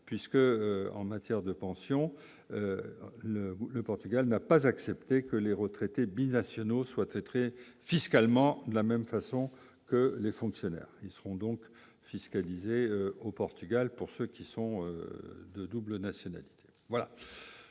puisque, en matière de pensions le le Portugal n'a pas accepté que les retraités binationaux soit très fiscalement de la même façon que les fonctionnaires, ils seront donc fiscalisé au Portugal pour ceux qui sont de double nationalité